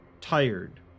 Tired